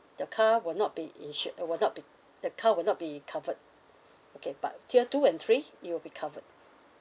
the car will not be insured uh will not be the car will not be covered okay but tier two and three it'll be covered